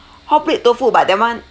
hotplate tofu but that one